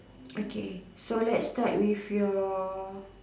okay so let's start with your